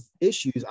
issues